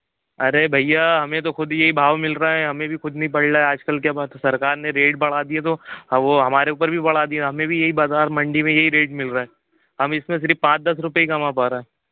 अरे भैया हमें तो खुद यही भाव मिल रहा है हमें भी खुद नहीं पड़ रहा आज कल क्या पता सरकार ने रेट बढ़ा दिए तो वो हमारे ऊपर भी बढ़ा दिए हैं हमें भी यही बाज़ार मंडी में यही रेट मिल रहा है हम इसपे सिर्फ पाँच दस रुपए ही कमा पा रहें